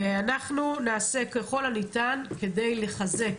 אנחנו נעשה ככל הניתן כדי לחזק